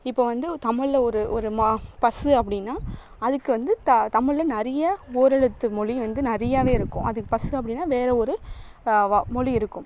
இப்போ வந்து தமிழ்ல ஒரு ஒரு மா பசு அப்படின்னா அதுக்கு வந்து த தமிழ்ல நிறைய ஓரெழுத்து மொழி வந்து நிறையாவே இருக்கும் அதுக்கு பசு அப்படின்னா வேறு ஒரு வ மொழி இருக்கும்